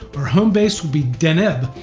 our home base will be deneb,